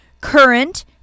current